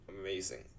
amazing